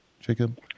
Jacob